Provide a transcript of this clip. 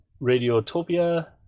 Radiotopia